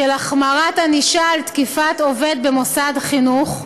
החמרת ענישה על תקיפת עובד במוסד חינוך,